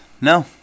no